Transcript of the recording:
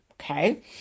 okay